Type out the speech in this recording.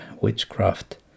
witchcraft